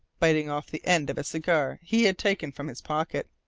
biting off the end of a cigar he had taken from his pocket,